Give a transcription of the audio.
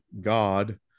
God